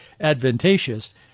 advantageous